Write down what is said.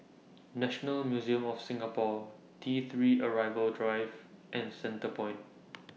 National Museum of Singapore T three Arrival Drive and The Centrepoint